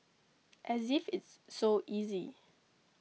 as if it's so easy